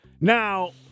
Now